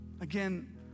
Again